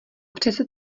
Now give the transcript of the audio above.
přece